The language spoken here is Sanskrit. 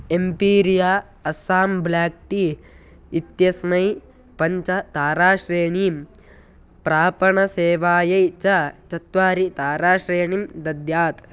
एम्पीरिया अस्साम् ब्लाक् टी इत्यस्मै पञ्च ताराश्रेणीं प्रापणसेवायै च चत्वारि ताराश्रेनीं दद्यात्